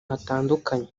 hatandukanye